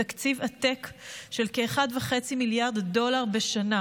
מתקציב עתק של כ-1.5 מיליארד דולר בשנה,